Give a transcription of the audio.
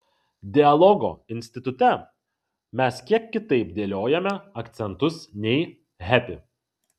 dialogo institute mes kiek kitaip dėliojame akcentus nei hepi